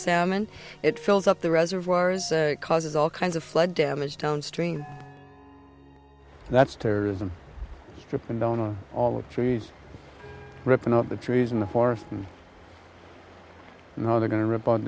salmon it fills up the reservoirs all kinds of flood damage downstream that's terrorism stripping down all the trees ripping out all the trees in the forest and now they're going to rip o